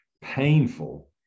painful